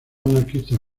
anarquistas